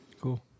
cool